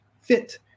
fit